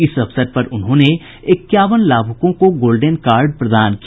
इस अवसर पर उन्होंने इक्यावन लाभुकों को गोल्डेन कार्ड प्रदान किया